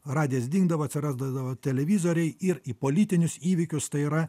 radijas dingdavo atsirasdavo televizoriai ir į politinius įvykius tai yra